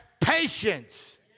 patience